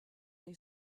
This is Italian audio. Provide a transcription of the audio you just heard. dei